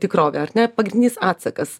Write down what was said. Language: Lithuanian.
tikrovę ar ne pagrindinis atsakas